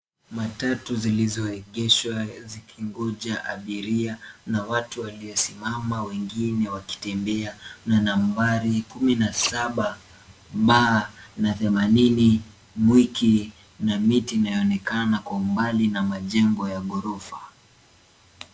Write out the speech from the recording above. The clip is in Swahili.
Matatu zilizoegeshwa zikingoja abiria na watu waliosimama wengine wakitembea na nambari kumi na saba B na themanini, Mwiki na miti inayoonekana kwa umbali na majengo ya ghorofa.